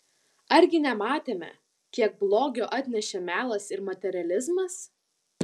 argi nematėme kiek blogio atnešė melas ir materializmas